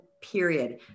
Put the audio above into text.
period